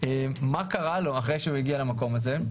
מה קרה לו אחרי שהוא הגיע למקום הזה.